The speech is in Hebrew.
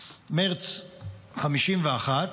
מרץ 1951,